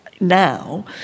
now